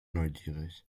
neugierig